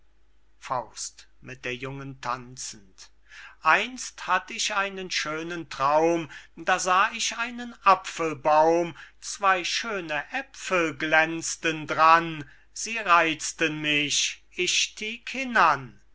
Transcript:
tanzend einst hatt ich einen schönen traum da sah ich einen apfelbaum zwey schöne aepfel glänzten dran sie reizten mich ich stieg hinan